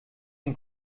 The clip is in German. den